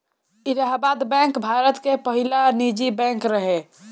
Allahabad bank Bharat के पहिला निजी बैंक रहे